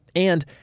and,